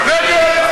שבה אין שום